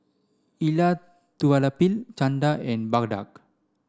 Elattuvalapil Chanda and Bhagat